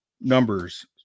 numbers